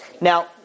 Now